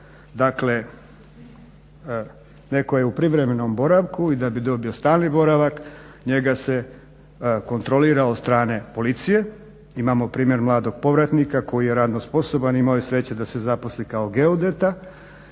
Dakle netko je u privremenom boravku i da bi dobio stalni boravak njega se kontrolira od strane policije. Imamo primjer mladog povratnika koji je radno sposoban, imao je sreće da se zaposli kao geodet